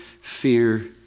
fear